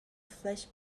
flesh